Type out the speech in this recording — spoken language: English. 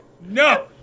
no